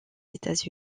états